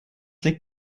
liegt